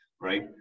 right